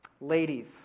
ladies